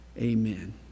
Amen